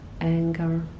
anger